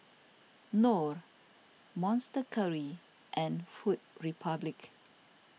Knorr Monster Curry and Food Republic